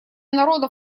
народов